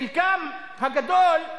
חלקם הגדול,